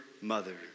mother